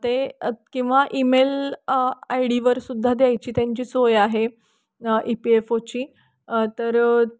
ते किंवा email I डीवर सुद्धा द्यायची त्यांची सोय आहे ई पी एफ ओची तर